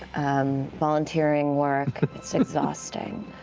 um volunteering work. it's exhausting.